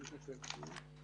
יאושרו,